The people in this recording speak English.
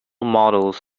models